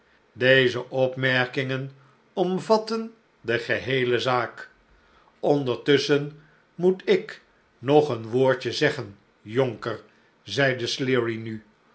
deze opmerkingen omvatten de geheele zaak ondertusschen moet ik nog een woordje zeggen jonker zeide sleary nu